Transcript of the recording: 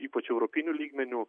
ypač europiniu lygmeniu